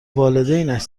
والدینش